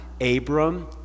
Abram